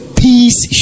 peace